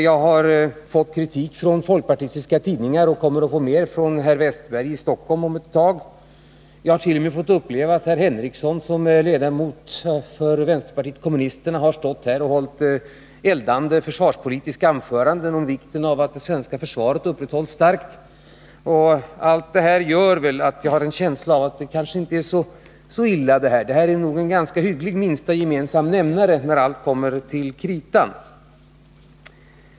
Jag har fått kritik från folkpartistiska tidningar och kommer att få mer av herr Wästberg i Stockholm om ett tag. Jag hart.o.m. fått uppleva att herr Henricsson, som företräder vänsterpartiet kommunisterna, har stått här och hållit eldande försvarspolitiska anföranden i vilka han betonat vikten av att det svenska försvaret upprätthålls. Allt detta gör att jag har en känsla av att det här förslaget kanske inte är så illa, att det är en ganska hygglig gemensam nämnare när allt kommer till kritan.